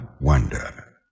wonder